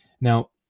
Now